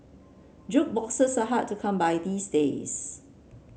jukeboxes are hard to come by these days